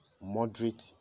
moderate